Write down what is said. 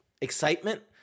excitement